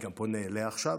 ואני גם פונה אליה עכשיו.